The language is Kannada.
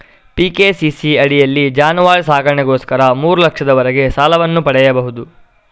ಪಿ.ಕೆ.ಸಿ.ಸಿ ಅಡಿಯಲ್ಲಿ ಜಾನುವಾರು ಸಾಕಣೆಗೋಸ್ಕರ ಮೂರು ಲಕ್ಷದವರೆಗೆ ಸಾಲವನ್ನು ಪಡೆಯಬಹುದು